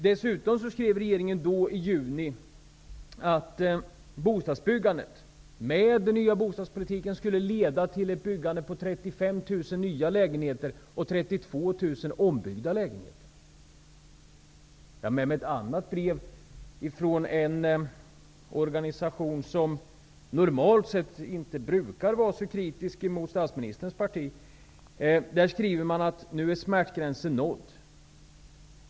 I juni skrev regeringen dessutom att bostadsbyggandet med den nya bostadspolitiken skulle leda till ett byggande på 35 000 nya lägenheter och 32 000 ombyggda lägenheter. Jag har också med mig ett annat brev, nämligen från en organisation som inte brukar vara så kritisk mot statsministerns parti. Där skriver man: Nu är smärtgränsen nådd.